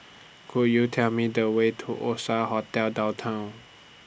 Could YOU Tell Me The Way to Oasia Hotel Downtown